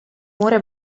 muore